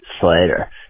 slater